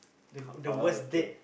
the the worst date